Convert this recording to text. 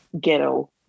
ghetto